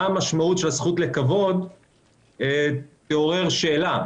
המשמעות של הזכות תעורר שאלה.